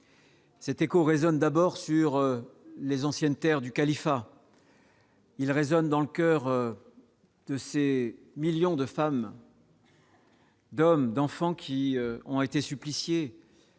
Cet écho résonne d'abord sur les anciennes Terres du califat. Il résonne dans le coeur de c'est millions de femmes. D'hommes d'enfants qui ont été suppliciés.